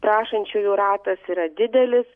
prašančiųjų ratas yra didelis